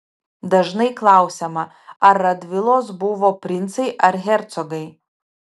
dažnai klausiama ar radvilos buvo princai ar hercogai